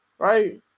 Right